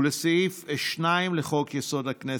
ולסעיף 2 לחוק הכנסת,